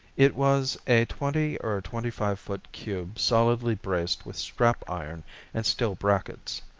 it was a twenty or twenty-five-foot cube solidly braced with strap-iron and steel brackets.